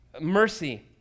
mercy